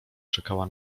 czekała